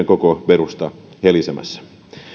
koko perusta helisemässä